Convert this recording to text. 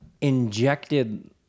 injected